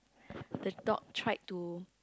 the dog tried to